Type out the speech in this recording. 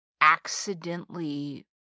accidentally